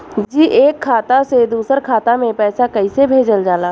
जी एक खाता से दूसर खाता में पैसा कइसे भेजल जाला?